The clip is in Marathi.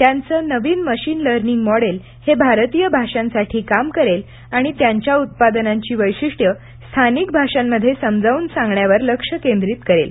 त्यांचं नवीन मशीन लर्निंग मॉडेल हे भारतीय भाषांसाठी काम करेल आणि त्यांच्या उत्पादनांची वैशिष्ट्ये स्थानिक भाषांमध्ये समजावून सांगण्यावर लक्ष केंद्रित करेल